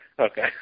Okay